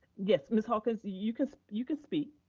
yes, ms. hawkins, you can you can speak.